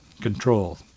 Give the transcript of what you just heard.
control